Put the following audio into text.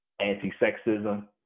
anti-sexism